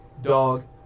dog